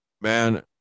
man